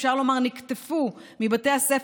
אפשר לומר: נקטפו מבתי הספר,